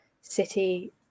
City